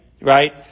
right